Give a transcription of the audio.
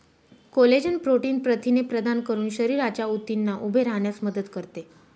collagen protein प्रथिने प्रदान करून शरीराच्या ऊतींना उभे राहण्यास मदत करते